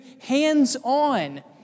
hands-on